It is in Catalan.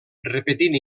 repetint